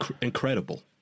incredible